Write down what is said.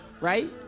Right